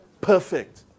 Perfect